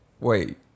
Wait